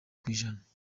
kw’ijana